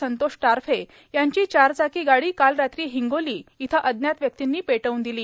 संतोष टारफे यांची चारचाकी गाडी काल रात्री हिंगोली इथं अज्ञात व्यक्तींनी पेटवून दिली